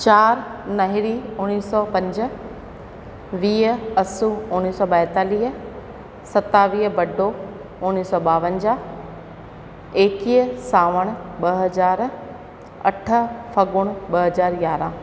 चार नहरी उणिवीह सौ पंजाह वीह असु उणिवीह सौ ॿाएतालीह सतावीह बडो उणिवीह सौ ॿावंजाह एक्वीह सावण ॿ हज़ार अठ फॻुणु ॿ हज़ार यारहां